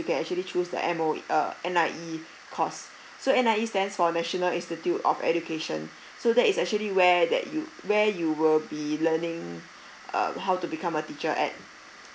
you can actually choose the M_O uh N_I_E course so and N_I_E stands for national institute of education so that is actually where that you where you will be learning um how to become a teacher at